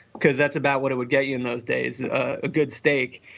because that's about what it would get you in those days, a good steak.